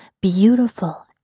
beautiful